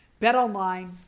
BetOnline